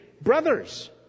Brothers